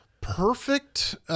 perfect